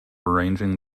arranging